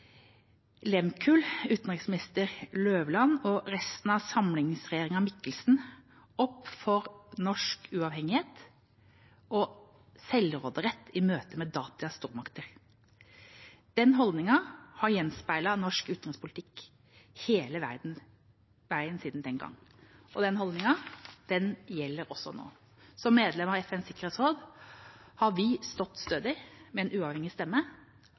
utenriksminister Løvland og resten av samlingsregjeringen Michelsen opp for norsk uavhengighet og selvråderett i møte med datidens stormakter. Den holdningen har gjenspeilet norsk utenrikspolitikk hele veien siden den gang. Den holdningen gjelder også nå. Som medlem av FNs sikkerhetsråd har vi stått stødig – med en uavhengig stemme